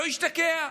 שלא השתקע.